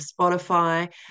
Spotify